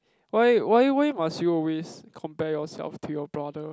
why why why must you always compare yourself to your brother